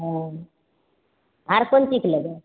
हँ आर कोन चीजके लेबै